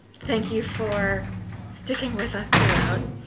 thank you for sticking with us throughout.